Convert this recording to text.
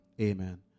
amen